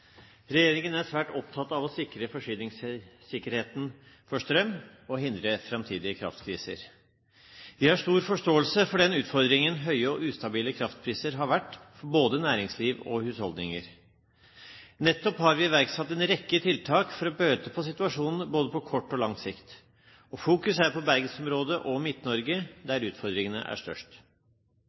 Regjeringen er svært opptatt av å sikre forsyningssikkerheten for strøm og hindre framtidige kraftkriser. Vi har stor forståelse for den utfordringen høye og ustabile kraftpriser har vært for både næringsliv og husholdninger. Nettopp har vi iverksatt en rekke tiltak for å bøte på situasjonen både på kort og lang sikt, og fokus er på bergensområdet og Midt-Norge, der utfordringene er størst.